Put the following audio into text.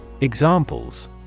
Examples